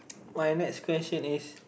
my next question is